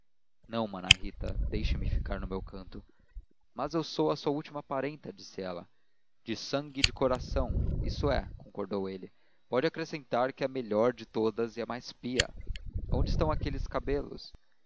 não mana rita deixe-me ficar no meu canto mas eu sou a sua última parenta disse ela de sangue e de coração isso é concordou ele pode acrescentar que a melhor de todas e a mais pia onde estão aqueles cabelos